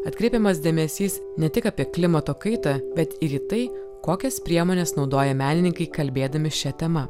atkreipiamas dėmesys ne tik apie klimato kaitą bet ir į tai kokias priemones naudoja menininkai kalbėdami šia tema